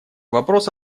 вопрос